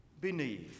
Beneath